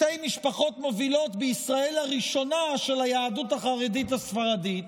שתי משפחות מובילות בישראל הראשונה של היהדות החרדית הספרדית,